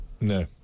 No